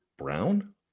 Brown